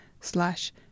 slash